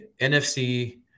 NFC